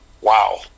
wow